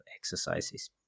exercises